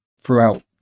throughout